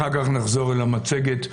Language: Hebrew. אחר כך נחזור למצגת.